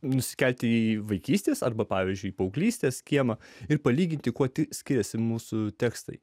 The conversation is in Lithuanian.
nusikelti į vaikystės arba pavyzdžiui paauglystės kiemą ir palyginti kuo tik skiriasi mūsų tekstai